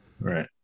right